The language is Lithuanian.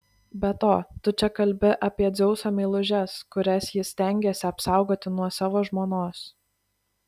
be to tu čia kalbi apie dzeuso meilužes kurias jis stengėsi apsaugoti nuo savo žmonos